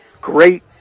great